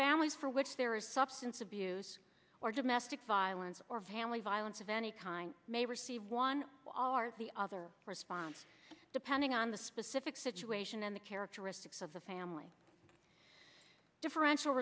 family for which there is substance abuse or domestic violence or family violence of any kind may receive one are the other response depending on the specific situation and the characteristics of the family differential